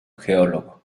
geólogo